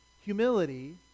humility